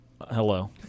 Hello